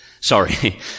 Sorry